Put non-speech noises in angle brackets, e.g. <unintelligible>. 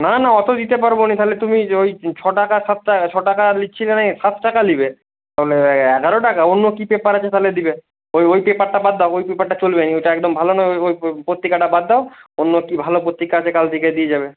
না না অত দিতে পারব না তাহলে তুমি যে ওই ছটাকা সাতটা ছটাকা নিচ্ছিলে নয় সাত টাকা নেবে <unintelligible> এগারো টাকা অন্য কী পেপার আছে তাহলে দেবে ওই ওই পেপারটা বাদ দাও ওই পেপারটা চলবে না ওইটা একদম ভালো নয় ওই ওই ওই পত্রিকাটা বাদ দাও অন্য কী ভালো পত্রিকা আছে কাল থেকে দিয়ে যাবে